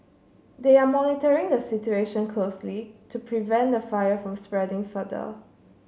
they are monitoring the situation closely to prevent the fire from spreading further